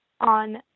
on